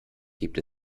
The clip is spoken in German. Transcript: gibt